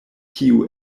kiu